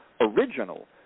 original